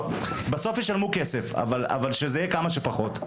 בסוף ישלמו כסף, אבל לפחות שזה יהיה כמה שפחות.